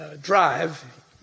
Drive